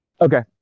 Okay